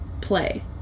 play